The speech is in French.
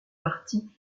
parti